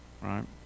right